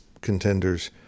contenders